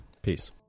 Peace